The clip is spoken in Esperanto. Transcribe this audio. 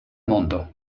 mondo